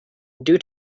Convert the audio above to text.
due